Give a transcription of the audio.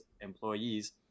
employees